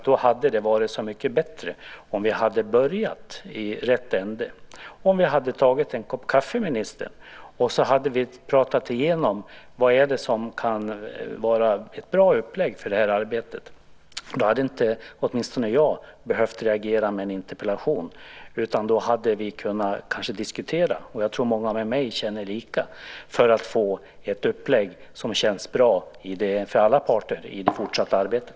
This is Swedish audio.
Då hade det varit så mycket bättre om vi hade börjat i rätt ände, om vi hade tagit en kopp kaffe, ministern, och pratat igenom vad som kan vara ett bra upplägg för det här arbetet. Då hade åtminstone inte jag behövt reagera med en interpellation. Då hade vi kanske kunnat diskutera. Jag tror att många med mig känner lika för att få ett upplägg som känns bra för alla parter i det fortsatta arbetet.